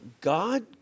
God